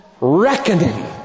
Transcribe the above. reckoning